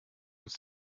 uns